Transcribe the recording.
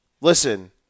Listen